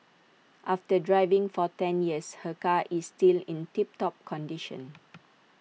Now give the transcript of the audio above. after driving for ten years her car is still in tip top condition